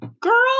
Girl